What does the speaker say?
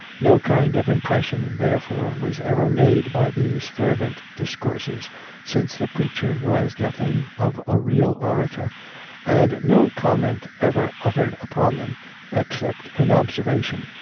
no kind of impression, therefore, was ever made by these fervent discourses since the preacher was nothing of a real orator and no comment ever uttered upon them except an ob servation,